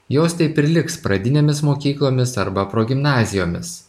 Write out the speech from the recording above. jos taip ir liks pradinėmis mokyklomis arba progimnazijomis